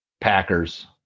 Packers